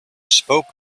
spoke